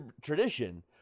tradition